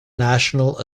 national